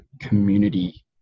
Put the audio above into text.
community